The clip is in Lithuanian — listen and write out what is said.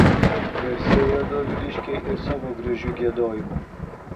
garsėjo doviliškiai ir savo gražiu giedojimu